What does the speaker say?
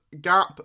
gap